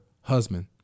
husband